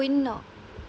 শূন্য